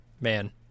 man